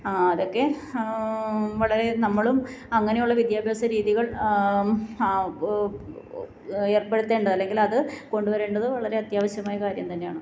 അതൊക്കെ വളരെ നമ്മളും അങ്ങനെയുള്ള വിദ്യാഭ്യാസരീതികൾ ഏർപ്പെടുത്തേണ്ടത് അല്ലെങ്കിൽ അത് കൊണ്ടുവരേണ്ടത് വളരെ അത്യാവശ്യമായ കാര്യം തന്നെയാണ്